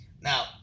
Now